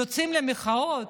יוצאים למחאות.